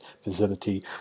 facility